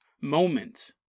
moment